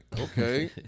okay